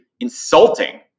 insulting